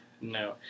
No